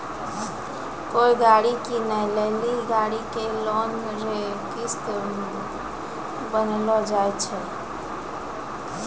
कोय गाड़ी कीनै लेली गाड़ी के लोन रो किस्त बान्हलो जाय छै